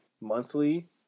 monthly